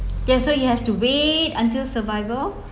yeah so you have to wait until survival